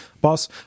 Boss